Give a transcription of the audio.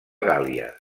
gàl·lia